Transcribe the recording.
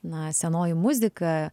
na senoji muzika